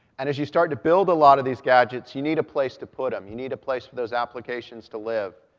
and as you start to build a lot of these gadgets, you need a place to put them. you need a place for those applications to live.